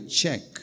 check